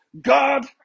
God